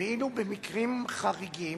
ואילו במקרים חריגים,